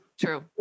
True